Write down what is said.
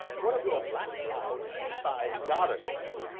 one of your black-browed, deep-eyed goddesses,